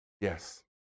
Yes